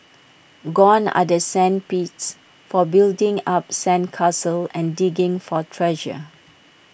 gone are the sand pits for building up sand castles and digging for treasure